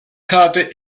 karte